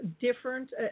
different